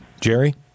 Jerry